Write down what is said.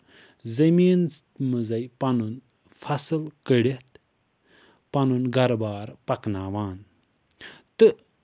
زٔمیٖن مَنٛزَے پَنُن فَصٕل کٔڈِتھ پَنُن گرٕبار پَکناوان تہٕ